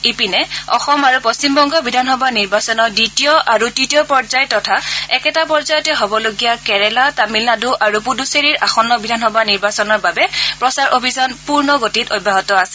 ইপিনে অসম আৰু পশ্চিমবংগ বিধানসভা নিৰ্বাচনৰ দ্বিতীয় আৰু তৃতীয় পৰ্যায় তথা একেটা পৰ্যায়ত হ'বলগীয়া কেৰালা তামিলনাডু আৰু পূড়ুচেৰীৰ আসন্ন বিধানসভা নিৰ্বাচনৰ বাবে প্ৰচাৰ অভিযান পূৰ্ণ গতিত অব্যাহত আছে